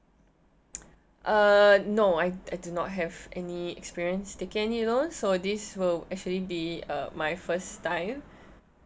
uh no I did not have any experience taking any loans so this will actually be uh my first time